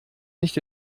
nicht